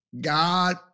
God